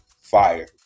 fire